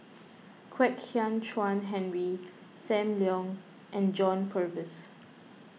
Kwek Hian Chuan Henry Sam Leong and John Purvis